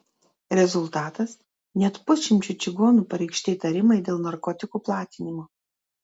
rezultatas net pusšimčiui čigonų pareikšti įtarimai dėl narkotikų platinimo